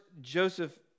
Joseph